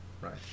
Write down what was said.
Right